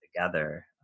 together